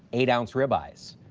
eight ounce ribeyes.